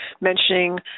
mentioning